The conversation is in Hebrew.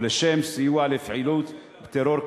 ולשם סיוע לפעילות טרור,